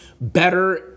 better